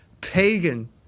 pagan